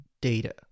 data